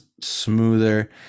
smoother